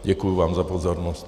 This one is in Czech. Děkuju vám za pozornost.